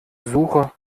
suche